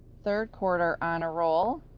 third quarter honor roll,